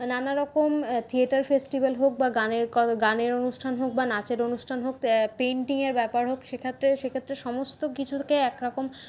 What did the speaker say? নানারকম theatre festival হোক বা গানের গানের অনুষ্ঠান হোক বা নাচের অনুষ্ঠান হোক পেইন্টিংয়ের ব্যাপার হোক সেক্ষেত্রে সেক্ষেত্রে সমস্ত কিছুকে একরকম